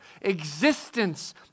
existence